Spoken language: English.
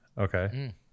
Okay